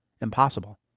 Impossible